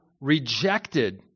rejected